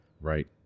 Right